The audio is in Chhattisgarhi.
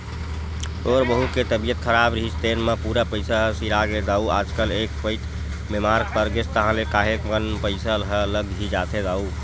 तोर बहू के तबीयत खराब रिहिस तेने म पूरा पइसा ह सिरागे दाऊ आजकल एक पइत बेमार परगेस ताहले काहेक कन पइसा ह लग ही जाथे दाऊ